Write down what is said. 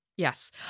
Yes